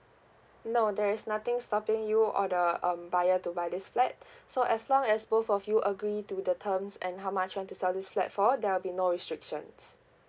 no there's nothing stopping you or the um buyer to buy this flat so as long as both of you agree to the terms and how much you want to sell this flat for there'll be no restrictions